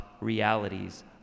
realities